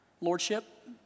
lordship